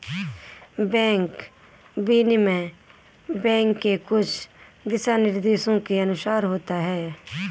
bank विनिमय bank के कुछ दिशानिर्देशों के अनुसार होता है